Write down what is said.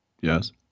Yes